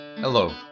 Hello